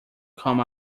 come